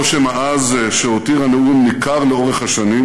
הרושם העז שהותיר הנאום ניכר לאורך השנים.